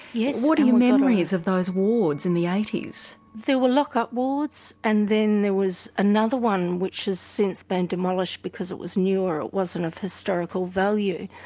yes. what are your memories of those wards in the eighty s? there were lock up wards and then there was another one which has since been demolished because it was newer it wasn't of historical value.